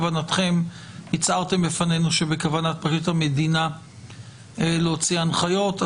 הצהרתם בפנינו שבכוונת פרקליט המדינה להוציא הנחיות.